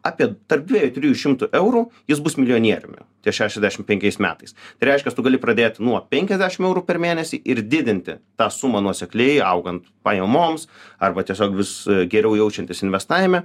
apie tarp dviejų trijų šimtų eurų jis bus milijonieriumi ties šešiasdešimt penkiais metais tai reiškias tu gali pradėti nuo penkiasdešim eurų per mėnesį ir didinti tą sumą nuosekliai augant pajamoms arba tiesiog vis geriau jaučiantis investavime